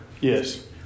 Yes